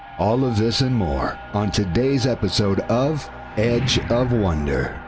all of this and more on today's episode of edge of wonder.